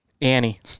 Annie